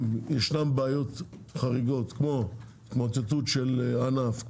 אם ישנן בעיות חריגות כמו התמוטטות של ענף,